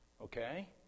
Okay